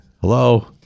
hello